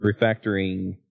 refactoring